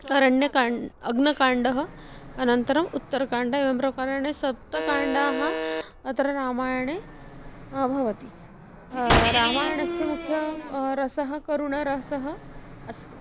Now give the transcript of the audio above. अरण्यकाण्डं अग्नकाण्डं अनन्तरम् उत्तरकाण्डं एवं प्रकारणे सप्तकाण्डानि अत्र रामायणे भवति रामायणस्य मुख्यः रसः करुणरसः अस्ति